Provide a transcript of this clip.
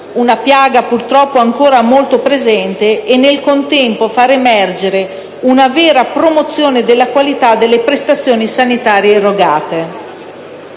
una piaga purtroppo ancora molto presente, e nel contempo realizzare una vera promozione della qualità delle prestazioni sanitarie erogate.